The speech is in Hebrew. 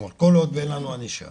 כלומר, כל עוד אין לנו ענישה